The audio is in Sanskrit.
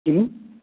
किं